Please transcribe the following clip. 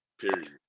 Period